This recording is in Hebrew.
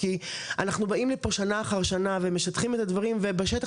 כי אנחנו באים לפה שנה אחר שנה ומשטחים את הדברים ובשטח